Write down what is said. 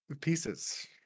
pieces